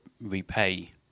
repay